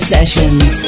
Sessions